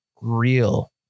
real